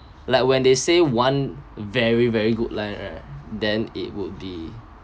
like when they say one very very good line right then it would be